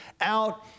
OUT